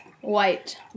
White